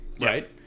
right